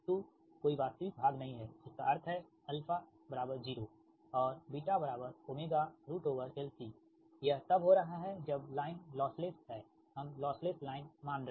तो कोई वास्तविक भाग नही है जिसका अर्थ है α 0 और βω LC यह तब हो रहा है जब लाइन लॉस लेस है हम लॉस लेस लाइन मान रहे है